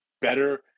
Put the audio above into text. better